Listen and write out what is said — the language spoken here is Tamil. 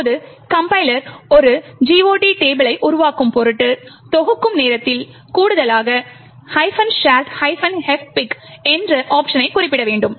இப்போது கம்பைலர் ஒரு GOT டேபிளை உருவாக்கும் பொருட்டு தொகுக்கும் நேரத்தில் கூடுதலாக shared fpic என்ற விருப்பத்தை குறிப்பிட வேண்டும்